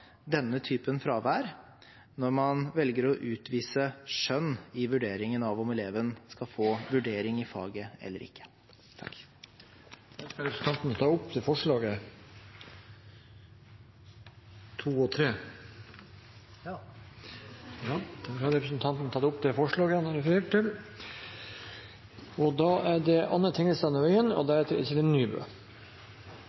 denne typen fravær når man velger å utvise skjønn i vurderingen av om eleven skal få vurdering i faget eller ikke. Skal representanten ta opp forslagene nr. 2 og 3? Ja. Da har representanten Anders Tyvand tatt opp forslagene nr. 2 og 3. Innføring av en nasjonal fraværsgrense denne høsten har skapt usikkerhet, merarbeid og ulik praksis hos elevene, skoleeier, på legekontorene og